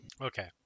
Okay